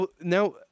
Now